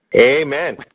Amen